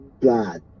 God